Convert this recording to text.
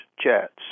jets